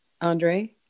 Andre